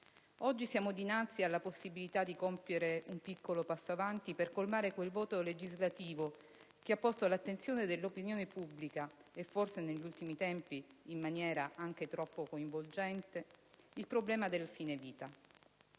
Oggi siamo dinanzi alla possibilità di compiere un piccolo passo avanti per colmare quel vuoto legislativo, che ha posto all'attenzione dell'opinione pubblica (forse negli ultimi tempi in maniera anche troppo coinvolgente) il problema del fine vita.